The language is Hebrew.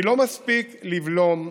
כי לא מספיק לבלום,